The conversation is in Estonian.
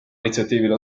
initsiatiivil